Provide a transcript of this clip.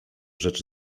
rzecz